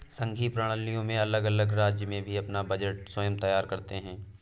संघीय प्रणालियों में अलग अलग राज्य भी अपना बजट स्वयं तैयार करते हैं